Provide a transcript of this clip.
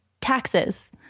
taxes